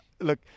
look